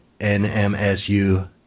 NMSU